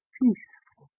peaceful